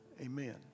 amen